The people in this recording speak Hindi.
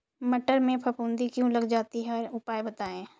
मटर में फफूंदी क्यो लग जाती है उपाय बताएं?